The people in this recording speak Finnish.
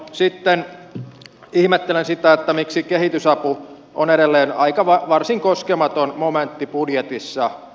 sitten ihmettelen sitä miksi kehitysapu on edelleen varsin koskematon momentti budjetissa